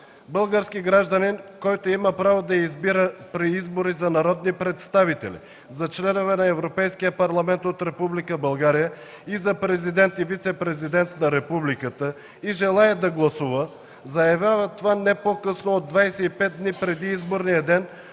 Български гражданин, който има право да избира при избори за народни представители, за членове на Европейския парламент от Република България и за президент и вицепрезидент на Републиката и желае да гласува, заявява това не по-късно от 25 дни преди изборния ден